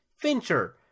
Fincher